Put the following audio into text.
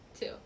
two